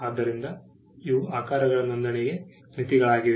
ಆದ್ದರಿಂದ ಇವು ಆಕಾರಗಳ ನೋಂದಣಿಗೆ ಮಿತಿಗಳಾಗಿವೆ